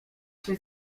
się